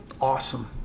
awesome